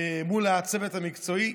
מול הצוות המקצועי,